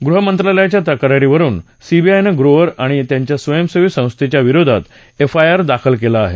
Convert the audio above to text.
गृहमंत्रालयाच्या तक्रारीवरुन सीबीआयनं ग्रोव्हर आणि त्यांच्या स्वयंसेवी संस्थेच्या विरोधात एफआयआर दाखल केला आहे